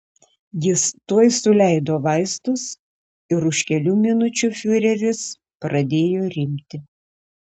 jis tuoj suleido vaistus ir už kelių minučių fiureris pradėjo rimti